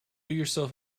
yourself